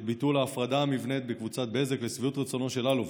ביטול ההפרדה המבנית בקבוצת בזק לשביעות רצונו של אלוביץ'.